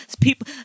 people